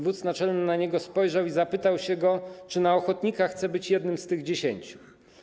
Wódz naczelny na niego spojrzał i zapytał, czy na ochotnika chce być jednym z tych 10.